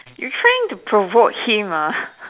you trying to provoke him ah